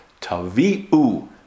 Tavi'u